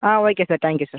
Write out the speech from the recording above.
ah okay sir thank you sir